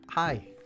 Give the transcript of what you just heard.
Hi